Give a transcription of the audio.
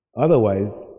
otherwise